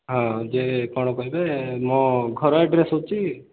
ହଁ ଯେ କ'ଣ କହିବେ ମୋ ଘର ଆଡ୍ରେସ୍ ହେଉଛି